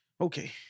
Okay